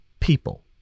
People